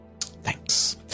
Thanks